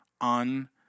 on